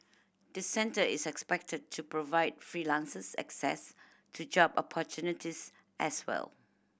the centre is expected to provide freelancers access to job opportunities as well